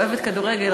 אוהבת כדורגל,